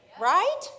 right